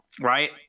right